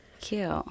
Cute